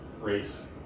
Race